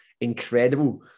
incredible